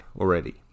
already